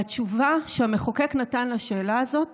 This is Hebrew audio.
והתשובה שהמחוקק נתן לשאלה הזאת